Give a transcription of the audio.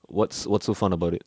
what's what's so fun about it